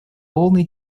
полный